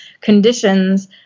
conditions